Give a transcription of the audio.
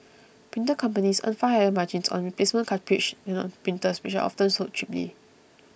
printer companies earn far higher margins on replacement cartridges than on printers which are often sold cheaply